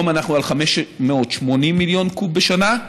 היום אנחנו על 580 מיליון קוב בשנה.